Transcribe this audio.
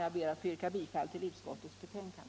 Jag ber att få yrka bifall till utskottets hemställan.